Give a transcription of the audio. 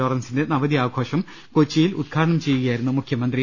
ലോറൻസിന്റെ നവതി ആഘോഷം കൊച്ചിയിൽ ഉദ്ഘാടനം ചെയ്യു കയായിരുന്നു മുഖ്യമന്ത്രി